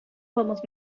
vamos